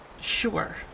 Sure